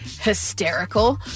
hysterical